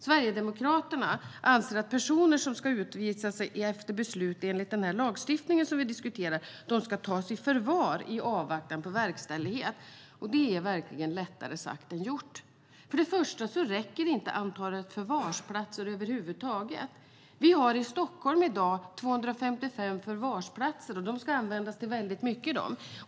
Sverigedemokraterna anser att personer som ska utvisas efter beslut enligt den lagstiftning vi diskuterar ska tas i förvar i avvaktan på verkställighet. Det är verkligen lättare sagt än gjort. För det första räcker inte antalet förvarsplatser över huvud taget. Det finns i Stockholm i dag 255 förvarsplatser, och de ska användas till väldigt mycket.